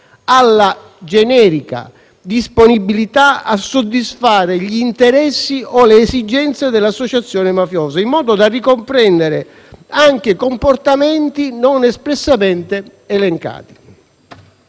alla generica disponibilità a soddisfare gli interessi o le esigenze dell'associazione mafiosa in modo da ricomprendere anche comportamenti non espressamente elencati.